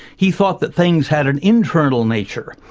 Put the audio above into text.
he thought that things had an internal nature.